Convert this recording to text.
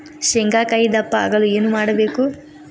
ಶೇಂಗಾಕಾಯಿ ದಪ್ಪ ಆಗಲು ಏನು ಮಾಡಬೇಕು?